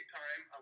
time